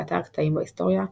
באתר "קטעים בהיסטוריה",